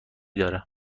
داره